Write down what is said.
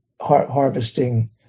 harvesting